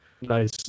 Nice